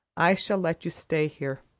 i shall let you stay here.